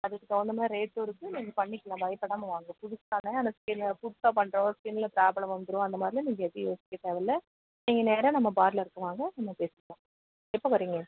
அதுக்கு தகுந்தா மாதிரி ரேட்டும் இருக்குது நீங்க பண்ணிக்கலாம் பயப்படாமல் வாங்க நீங்கள் புதுசு தானே அந்த ஸ்கின்னு புதுசா பண்ணுறோம் ஸ்கின்னில் ப்ராபளம் வந்துடும் அந்த மாதிரிலாம் நீங்கள் எதுவும் யோசிக்க தேவையில்லை நீங்கள் நேராக நம்ம பார்லருக்கு வாங்க நம்ம பேசிப்போம் எப்போ வரிங்க